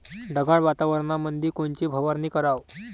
ढगाळ वातावरणामंदी कोनची फवारनी कराव?